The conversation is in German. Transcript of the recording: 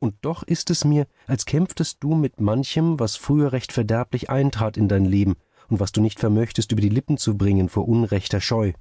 und doch ist es mir als kämpftest du mit manchem was früher recht verderblich eintrat in dein leben und was du nicht vermöchtest über die lippen zu bringen vor unrechter scheu